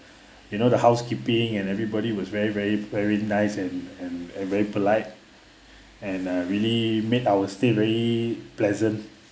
you know the housekeeping and everybody was very very very nice and and and very polite and uh really made our stay very pleasant